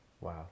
Wow